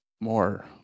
more